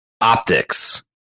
optics